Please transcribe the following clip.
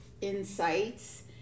insights